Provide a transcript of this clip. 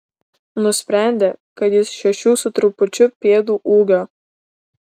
nusprendė kad jis šešių su trupučiu pėdų ūgio